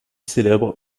célèbre